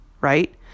right